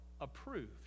approved